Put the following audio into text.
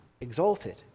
exalted